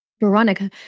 veronica